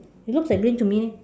it looks like green to me leh